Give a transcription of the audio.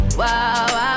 wow